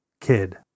kid